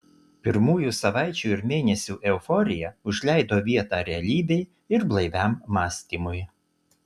pirmųjų savaičių ir mėnesių euforija užleido vietą realybei ir blaiviam mąstymui